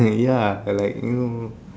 ya like you know